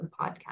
podcast